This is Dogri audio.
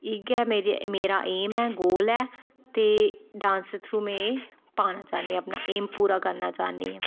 इयै मेरा ऐम ऐ गोल ते डांस दे थरु मे पाना चाह्नी आं अपना ऐम पूरा करना चाह्नी आं